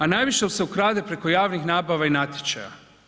A najviše se ukrade preko javnih nabava i natječaja.